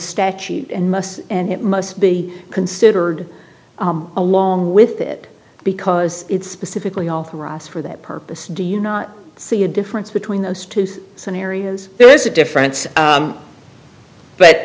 statute and must and it must be considered along with it because it's specifically authorized for that purpose do you not see a difference between those two scenarios there is a difference